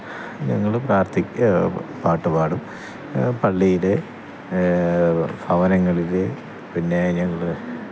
ഞങ്ങൾ പ്രാര്ത്ഥിക്കും പാട്ടു പാടും പള്ളിയിൽ ഭവനങ്ങളിൽ പിന്നെ ഞങ്ങൾ